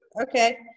okay